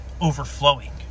overflowing